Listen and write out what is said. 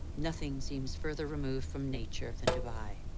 nothing seems further removed from nature than dubai,